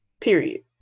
period